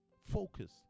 Focus